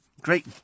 great